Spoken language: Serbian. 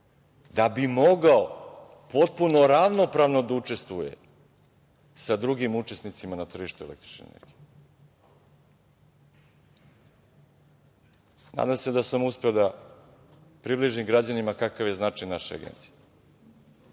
da bi mogao potpuno ravnopravno da učestvuje sa drugim učesnicima na tržištu električne energije. Nadam se da sam uspeo da približim građanima kakav je značaj naše Agencije.